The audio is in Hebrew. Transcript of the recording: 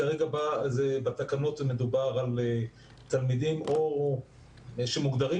כרגע בתקנות מדובר על תלמידים שנמצאים